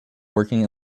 working